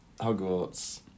Hogwarts